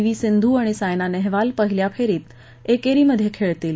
we Sindhu आणि सायना नेहवाल पहिल्या फेरीत एकेरीमध्ये खेळतील